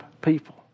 people